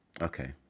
Okay